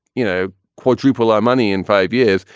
you know, quadruple our money in five years,